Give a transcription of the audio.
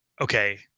okay